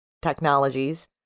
Technologies